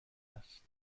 است